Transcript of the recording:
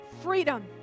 Freedom